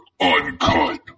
Uncut